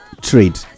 trade